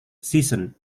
season